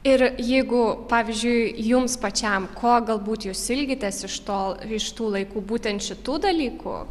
ir jeigu pavyzdžiui jums pačiam ko galbūt jūs ilgitės iš to iš tų laikų būtent šitų dalykų